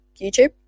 YouTube